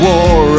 War